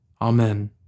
Amen